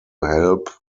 help